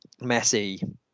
Messi